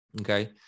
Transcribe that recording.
Okay